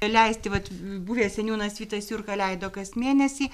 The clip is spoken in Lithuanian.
leisti vat buvęs seniūnas vytas jurka leido kas mėnesį